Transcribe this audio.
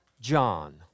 John